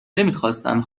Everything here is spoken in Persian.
نمیخواستند